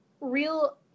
real